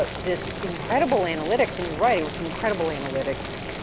but this incredible analytics, and you're right it was incredible analytics,